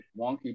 wonky